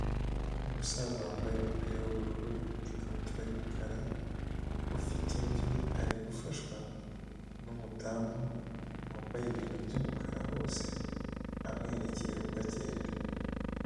Umusaza wambaye umupira w'ubururu n'ikabutura y'umukara ufite imvi, ari gufashwa n'umudamu wambaye ibintu by'umukara hose, amwerekera uko agenda.